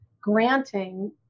granting